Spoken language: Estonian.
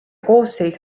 koosseis